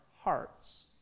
hearts